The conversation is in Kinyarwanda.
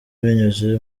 binyuze